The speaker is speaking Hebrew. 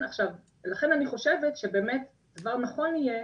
לכן אני חושבת שבאמת דבר נכון יהיה